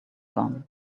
gone